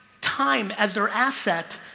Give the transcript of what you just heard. time as their asset.